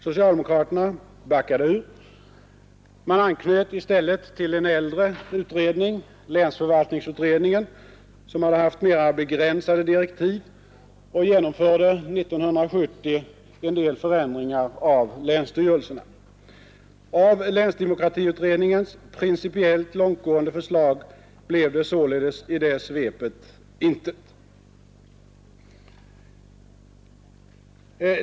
Socialdemokraterna backade ut. Man anknöt i stället till en äldre utredning, länsförvaltningsutredningen, som hade haft mera begränsade direktiv, och genomförde 1970 en del förändringar av länsstyrelserna. Av länsdemokratiutredningens principiellt långtgående förslag blev det således i det svepet intet.